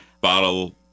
bottle